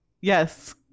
yes